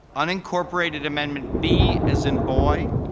unincorporated amendment b as in boy,